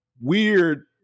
Weird